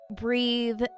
breathe